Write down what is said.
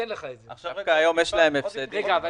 דווקא היום יש להם הפסדים.